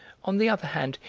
on the other hand,